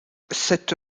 cette